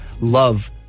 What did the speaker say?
love